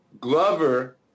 Glover